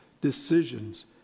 decisions